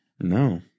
no